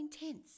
intense